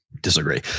Disagree